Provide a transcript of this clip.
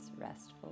restful